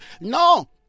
No